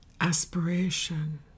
aspiration